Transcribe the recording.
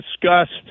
discussed